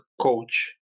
coach